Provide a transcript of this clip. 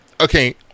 Okay